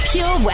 Pure